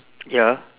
ya